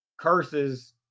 Curses